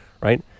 right